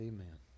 Amen